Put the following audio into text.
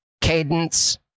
cadence